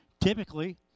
typically